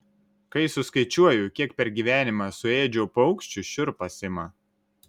kai suskaičiuoju kiek per gyvenimą suėdžiau paukščių šiurpas ima